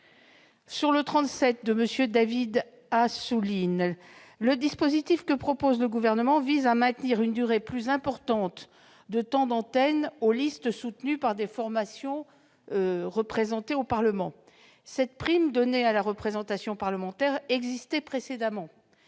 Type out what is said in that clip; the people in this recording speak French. qui concerne l'amendement n° 37, le dispositif que propose le Gouvernement vise à maintenir une durée plus importante de temps d'antenne pour les listes soutenues par des formations représentées au Parlement. Cette prime donnée à la représentation parlementaire existait précédemment